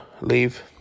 leave